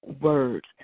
words